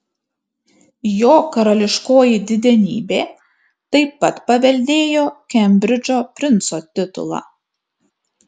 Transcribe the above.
jo karališkoji didenybė taip pat paveldėjo kembridžo princo titulą